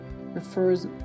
refers